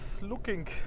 looking